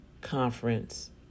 Conference